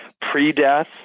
pre-death